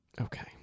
Okay